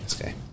okay